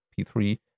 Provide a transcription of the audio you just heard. p3